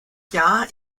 jahr